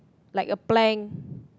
like a plank